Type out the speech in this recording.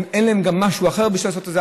אין להם משהו אחר בשביל לעשות את זה.